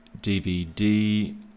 DVD